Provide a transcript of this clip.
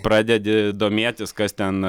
pradedi domėtis kas ten